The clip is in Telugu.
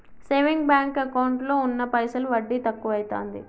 సేవింగ్ బాంకు ఎకౌంటులో ఉన్న పైసలు వడ్డి తక్కువైతాంది